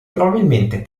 probabilmente